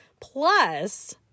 plus